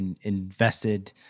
invested